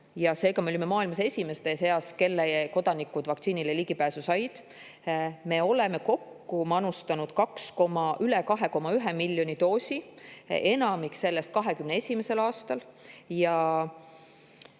ja seega me olime maailmas esimeste seas, kelle kodanikud vaktsiinile ligipääsu said. Me oleme kokku manustanud üle 2,1 miljoni doosi, enamiku sellest 2021. aastal. Ja